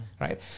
right